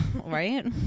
Right